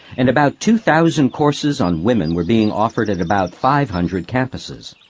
and about two thousand courses on women were being offered at about five hundred campuses.